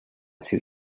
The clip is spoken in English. suit